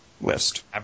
list